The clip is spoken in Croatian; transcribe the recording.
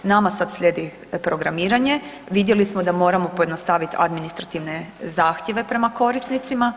Nama sad slijedi programiranje, vidjeli smo da moramo pojednostaviti administrativne zahtjeve prema korisnicima.